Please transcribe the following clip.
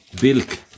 Bilk